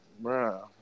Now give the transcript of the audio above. Bro